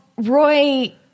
Roy